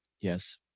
Yes